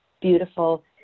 beautiful